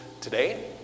today